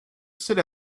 sit